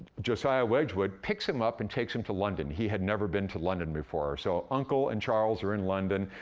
josiah wedgwood, picks him up and takes him to london. he had never been to london before, so uncle and charles are in london,